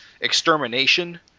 Extermination